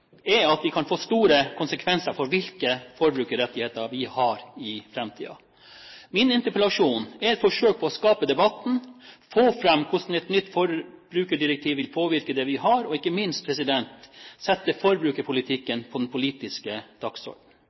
er at det kan få store konsekvenser for hvilke forbrukerrettigheter vi har i framtiden. Min interpellasjon er et forsøk på å skape debatt, få fram hvordan et nytt forbrukerrettighetsdirektiv vil påvirke det vi har, og ikke minst sette forbrukerpolitikken på den politiske